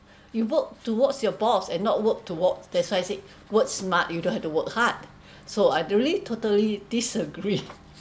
you work towards your boss and not work towards that's why I said work smart you don't have to work hard so I really totally disagree